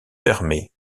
fermées